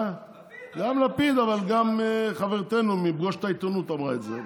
גם לפיד אמר את זה.